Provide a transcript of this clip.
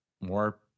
more